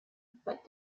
but